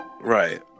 Right